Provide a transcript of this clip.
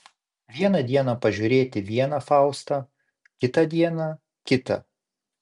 vieną dieną pažiūrėti vieną faustą kitą dieną kitą